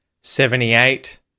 Seventy-eight